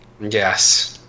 yes